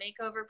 makeover